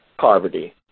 poverty